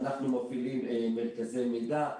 אנחנו מפעילים מרכזי מידע.